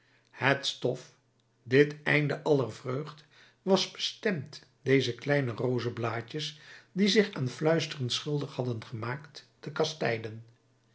het stof dit einde aller vreugd was bestemd deze kleine rozenblaadjes die zich aan fluisteren schuldig hadden gemaakt te kastijden